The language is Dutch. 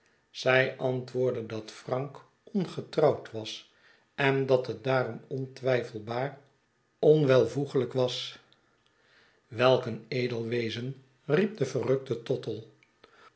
zij antwoordde dat frank ongetrouwd was en dat het daarom ontwijfelbaar onwelvoegelijk was welk een edel wezen riep de verrukte tottle